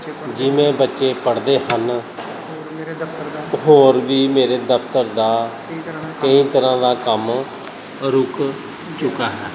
ਜਿਵੇਂ ਬੱਚੇ ਪੜਦ੍ਹੇ ਹਨ ਹੋਰ ਵੀ ਮੇਰੇ ਦਫਤਰ ਦਾ ਕਈ ਤਰ੍ਹਾਂ ਦਾ ਕੰਮ ਰੁਕ ਚੁੱਕਾ ਹੈ